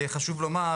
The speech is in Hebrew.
חשוב לומר,